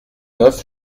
neuf